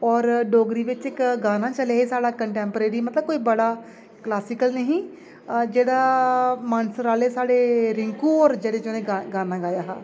होर डोगरी बिच इक गाना चलेआ ही साढ़ा कंटैंप्रेरी मतलब कोई बड़ा क्लासिकल नेईं ही जेह्ड़ा मानसर आह्ले साढ़े रिंकू होर जेह्ड़े जिन्नै गाना गाया हा